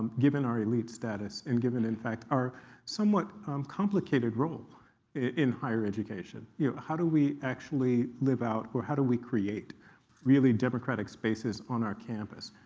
given our elite status and given, in fact, our somewhat complicated role in higher education, yeah how do we actually live out or how do we create really democratic spaces on our campus?